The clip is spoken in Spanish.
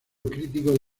crítico